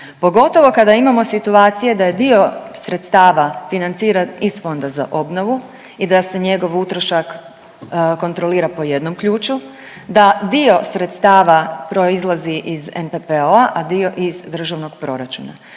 Pogotovo kada imamo situacije da je dio sredstava financiran iz Fonda za obnovu i da se njegov utrošak kontrolira po jednom ključu, da dio sredstava proizlazi iz NPOO-a, a dio iz državnog proračuna.